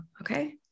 Okay